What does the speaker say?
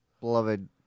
beloved